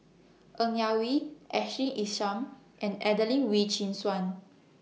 N Yak Whee Ashley Isham and Adelene Wee Chin Suan